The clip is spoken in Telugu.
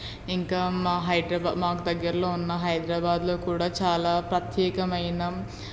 ఇంకా మా హైడ్రాబా మాకు దగ్గరలో ఉన్న హైద్రాబాద్లో కూడా చాలా ప్రత్యేకమైన